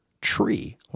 tree